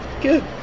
Good